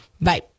Bye